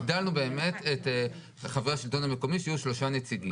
הגדלנו באמת את חברי השלטון המקומי שיהיו שלושה נציגים.